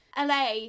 LA